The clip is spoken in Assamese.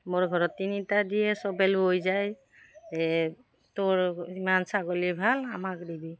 মোৰ ঘৰত তিনিটা দিয়ে চবে লৈ যায় এই তোৰ ইমান ছাগলী ভাল আমাক দিবি